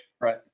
Right